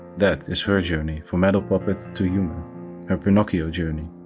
that is her journey from metal puppet to yeah um her pinocchio journey.